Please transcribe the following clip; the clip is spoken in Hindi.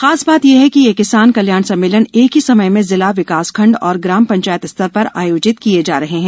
खास बात यह है कि ये किसान कल्याण सम्मेलन एक ही समय में जिला विकास खंड और ग्राम पंचायत स्तर पर आयोजित किए जा रहे हैं